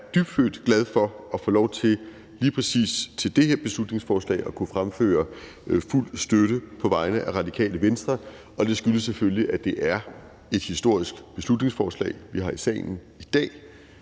dybfølt glad for at få lov til lige præcis til det her beslutningsforslag at kunne fremføre fuld støtte på vegne af Radikale Venstre. Det skyldes selvfølgelig, at det er et historisk beslutningsforslag, vi har i salen i dag.